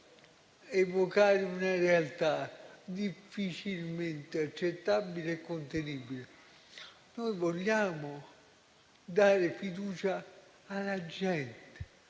evocare una realtà difficilmente accettabile e contenibile? Noi vogliamo dare fiducia alla gente,